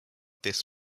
this